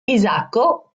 isacco